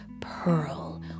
pearl